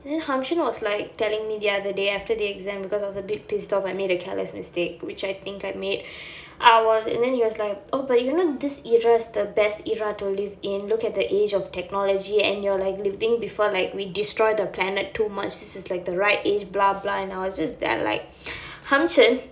then hum chin was like telling me the other day after the exam because I was a bit pissed off I made a careless mistake which I think I made I was and then he was like oh but you know this era's the best era to live in look at the age of technology and you're like living before like we destroy the planet too much this is like the right age and I was just there like hum chin